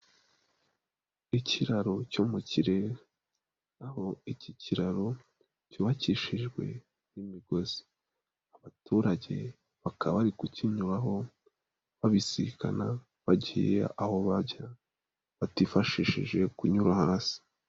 Ikiraro cyo mu kirere. Aho iki kiraro cyubakishijwe n'imigozi. Abaturage bakaba bari kukinyuraho, babisikana bagiye aho bajya, batifashishije kunyura hasi.